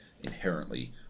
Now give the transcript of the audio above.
inherently